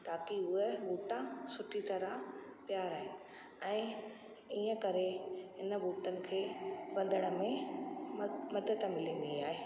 ताकी हू ॿूटा सुठी तरह तैयार आहे ऐं हिन करे हिन ॿूटनि खे वधण में म मदद मिलंदी आहे